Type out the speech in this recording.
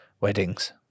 weddings